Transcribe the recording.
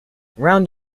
round